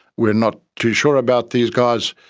we're not too sure about these guys.